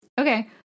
Okay